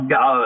go